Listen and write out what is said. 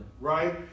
Right